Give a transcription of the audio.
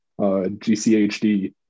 gchd